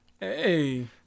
Hey